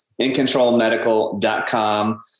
incontrolmedical.com